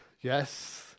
yes